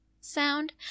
sound